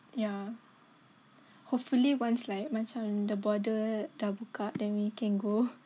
yeah hopefully once like macam the border dah buka then we can go